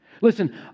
Listen